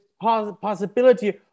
possibility